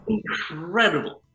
incredible